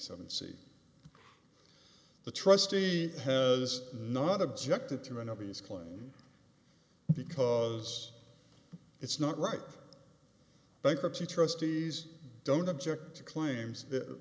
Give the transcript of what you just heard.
seven see the trustee has not objected to an obvious claim because it's not right bankruptcy trustees don't object to claims that